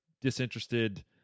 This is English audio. disinterested